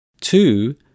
Two